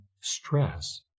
stress